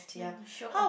show off